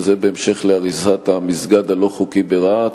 וזה בהמשך להריסת המסגד הלא-חוקי ברהט.